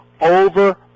over